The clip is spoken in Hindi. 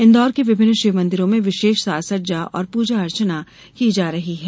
इन्दौर के विभिन्न शिव मंदिरों में विशेष साज सज्जा और पूजा अर्चना की जा रही है